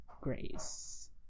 Grace